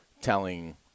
telling